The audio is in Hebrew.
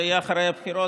זה יהיה אחרי הבחירות,